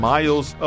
Miles